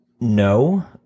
No